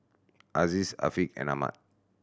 Aziz Afiq and Ahmad